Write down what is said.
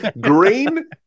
Green